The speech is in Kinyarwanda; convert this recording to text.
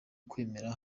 kwemera